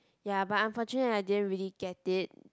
ya but unfortunately I didn't really get it